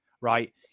right